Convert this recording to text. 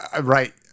Right